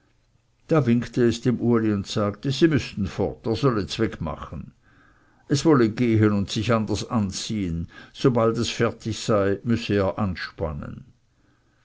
da winkte es dem uli und sagte sie müßten fort er solle zwegmachen es wolle gehn und sich anders an ziehen sobald es fertig sei müsse er anspannen